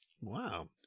Wow